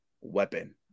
weapon